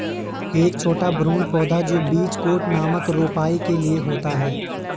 एक छोटा भ्रूण पौधा जो बीज कोट नामक रोपाई के लिए होता है